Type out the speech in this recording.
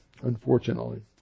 unfortunately